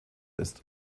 ist